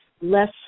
less